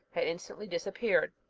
had instantly disappeared.